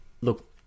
Look